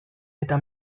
eta